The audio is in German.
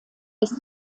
ist